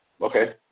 Okay